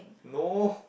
no